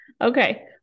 Okay